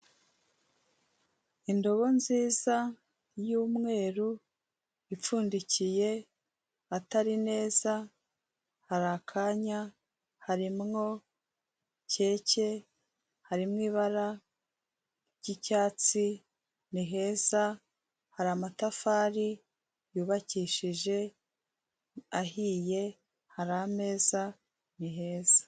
Indobo nziza y'umweru ipfundikiye atari neza, harakanya harimwo keke harimo ibara ry'icyatsi ni heza hari amatafari yubakishije ahiye hari ameza ni heza.